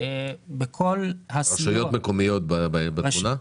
רשויות מקומיות בתמונה?